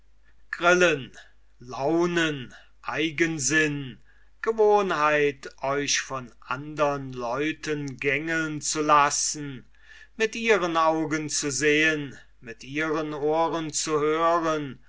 grillen launen eigensinn die gewohnheit euch von andern leuten gängeln zu lassen mit ihren augen zu sehen mit ihren ohren zu hören